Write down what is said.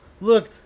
look